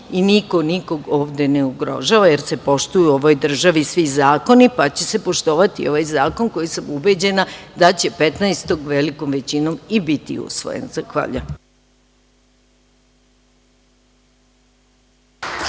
i niko nikog ovde ne ugrožava, jer se poštuju u ovoj državi svi zakoni, pa će se poštovati ovaj zakon, koji sam ubeđena, da će 15. velikom većinom biti usvojen. Zahvaljujem.